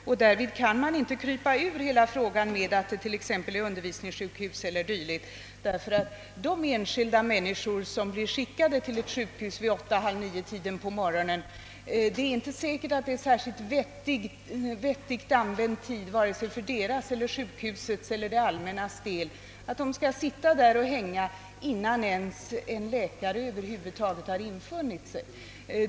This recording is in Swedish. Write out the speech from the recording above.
Man får t.ex. inte krypa bakom det förhållandet att det gäller undervisningssjukhus och dylikt. Enskilda människor som blir anmodade att komma till en sjukhuspoliklinik klockan åtta eller halv nio på morgonen tycker nog inte att det är särskilt väl använd tid för vare sig deras egen, sjukhusets eller det allmännas del, när de tvingas sitta på polikliniken och hänga innan ännu ens läkaren har infunnit sig där.